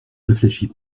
réfléchit